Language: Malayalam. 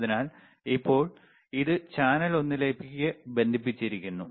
അതിനാൽ ഇപ്പോൾ ഇത് ചാനൽ ഒന്നിലേക്ക് ബന്ധിപ്പിച്ചിരിക്കുന്നു